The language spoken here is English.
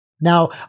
Now